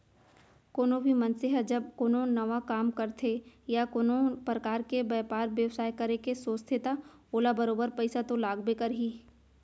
कोनो भी मनसे ह जब कोनो नवा काम करथे या कोनो परकार के बयपार बेवसाय करे के सोचथे त ओला बरोबर पइसा तो लागबे करही